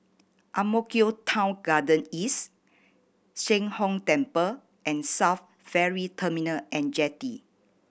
Ang Mo Kio Town Garden East Sheng Hong Temple and SAF Ferry Terminal And Jetty